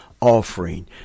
offering